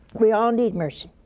we all need mercy.